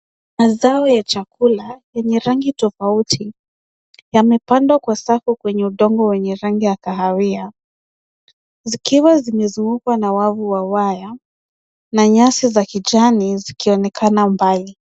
Mazao ya chakula enye rangi tofauti, yamepandwa kwa safu kwenye udongo wenye rangi ya kahawia, zikiwa zimezungukwa na wavu wa waya na nyasi za kijani zikionekana mbali.